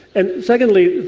and secondly,